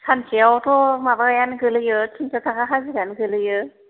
सानसेआवथ' माबायानो गोग्लैयो तिनस' थाखा हाजिरायानो गोग्लैयो